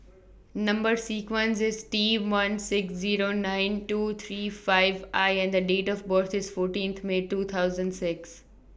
Number sequence IS T one six Zero nine two three five I and The Date of birth IS fourteenth May two thousand six